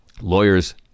Lawyers